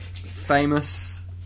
famous